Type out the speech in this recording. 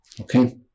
Okay